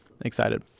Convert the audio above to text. excited